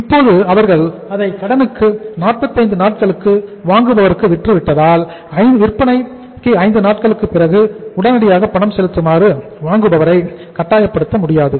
இப்போது அவர்கள் அதை கடனுக்கு 45 நாட்களுக்கு வாங்குபவருக்கு விற்றுவிட்டதால் விற்பனைக்கு ஐந்து நாட்களுக்கு பிறகு உடனடியாக பணம் செலுத்துமாறு வாங்குபவரை கட்டாயப்படுத்த முடியாது